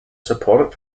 support